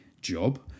job